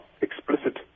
explicit